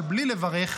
אבל בלי לברך,